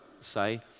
say